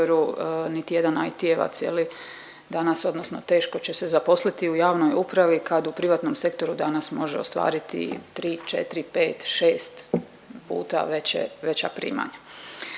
niti jedan IT-jevac je li danas odnosno teško će se zaposliti u javnoj upravi kad u privatnom sektoru danas može ostvariti 3, 4, 5, 6 puta veće, veća primanja.